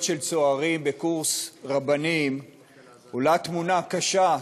של צוערים בקורס רבנים עולה תמונה קשה,